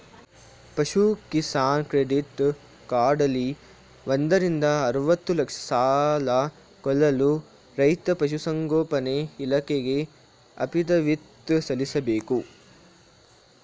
ಪಶು ಕಿಸಾನ್ ಕ್ರೆಡಿಟ್ ಕಾರ್ಡಲ್ಲಿ ಒಂದರಿಂದ ಅರ್ವತ್ತು ಲಕ್ಷ ಸಾಲ ಕೊಳ್ಳಲು ರೈತ ಪಶುಸಂಗೋಪನೆ ಇಲಾಖೆಗೆ ಅಫಿಡವಿಟ್ ಸಲ್ಲಿಸ್ಬೇಕು